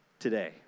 today